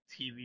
TV